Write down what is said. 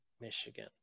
Michigan